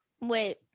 wait